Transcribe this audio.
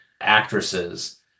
actresses